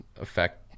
affect